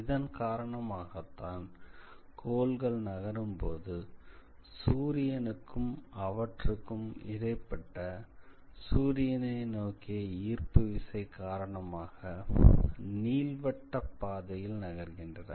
இதன் காரணமாகத்தான் கோள்கள் நகரும் போது சூரியனுக்கும் அவற்றுக்கும் இடைப்பட்ட சூரியனை நோக்கிய ஈர்ப்பு விசை காரணமாக நீள்வட்டப்பாதையில் நகர்கின்றன